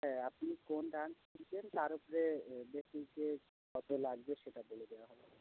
হ্যাঁ আপনি কোন ডান্স শিখবেন তার ওপরে বেসিকে কত লাগবে সেটা বলে দেওয়া হবে